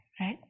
right